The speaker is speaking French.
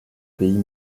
pays